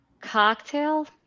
Cocktail